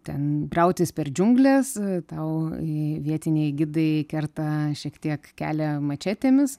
ten brautis per džiungles tau į vietiniai gidai kerta šiek tiek kelią mačetėmis